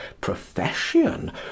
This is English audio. profession